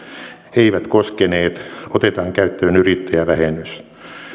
eivät koskeneet otetaan käyttöön yrittäjävähennys